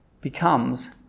becomes